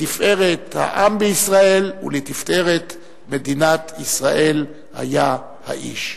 לתפארת העם בישראל ולתפארת מדינת ישראל היה האיש.